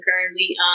currently